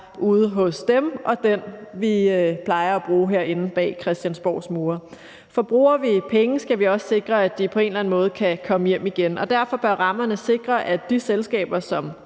ude hos dem, og den, vi plejer at have herinde bag Christiansborgs mure. For bruger vi penge, skal vi også sikre, at de på en eller anden måde kan komme hjem igen, og derfor bør rammerne sikre, at de selskaber, som